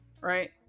Right